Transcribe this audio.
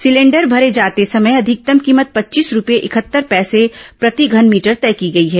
cylinder भरे जाते समय अधिकतम कीमत पच्चीस रुपए इकहत्तर पैसे प्रतिघन मीटर तय की गई है